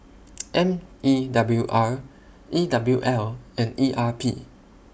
M E W R E W L and E R P